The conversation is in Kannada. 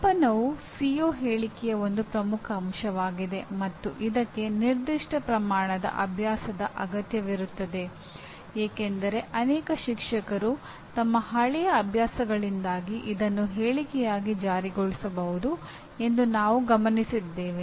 ಮಾಪನವು ಸಿಒ ಹೇಳಿಕೆಯ ಒಂದು ಪ್ರಮುಖ ಅಂಶವಾಗಿದೆ ಮತ್ತು ಇದಕ್ಕೆ ನಿರ್ದಿಷ್ಟ ಪ್ರಮಾಣದ ಅಭ್ಯಾಸದ ಅಗತ್ಯವಿರುತ್ತದೆ ಏಕೆಂದರೆ ಅನೇಕ ಶಿಕ್ಷಕರು ತಮ್ಮ ಹಳೆಯ ಅಭ್ಯಾಸಗಳಿಂದಾಗಿ ಇದನ್ನು ಹೇಳಿಕೆಯಾಗಿ ಜಾರಿಗೊಳಿಸಬಹುದು ಎಂದು ನಾವು ಗಮನಿಸಿದ್ದೇವೆ